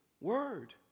word